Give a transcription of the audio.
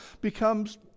becomes